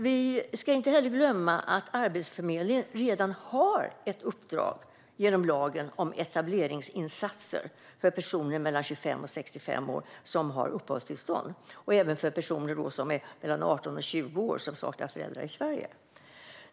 Vi ska inte heller glömma att Arbetsförmedlingen redan har ett uppdrag enligt lagen om etableringsinsatser för personer mellan 25 och 65 år som har uppehållstillstånd, och även för personer mellan 18 och 20 år som saknar föräldrar i Sverige.